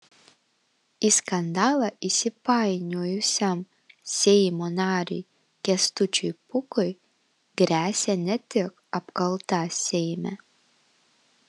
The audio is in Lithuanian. į skandalą įsipainiojusiam seimo nariui kęstučiui pūkui gresia ne tik apkalta seime